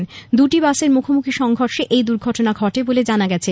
দুটি বাসের মুখোমুখি সংঘর্ষে এই দুর্ঘটনা বলে জানাগেছে